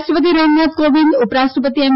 રાષ્ટ્રપતિ રામનાથ કોવિંદ ઉપરાષ્ટ્રપતિ એમ